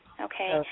Okay